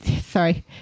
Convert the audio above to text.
sorry